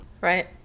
Right